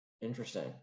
Interesting